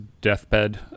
deathbed